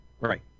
Right